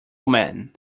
man